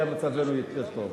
היה מצבנו יותר טוב,